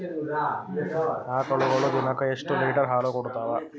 ಆಕಳುಗೊಳು ದಿನಕ್ಕ ಎಷ್ಟ ಲೀಟರ್ ಹಾಲ ಕುಡತಾವ?